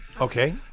Okay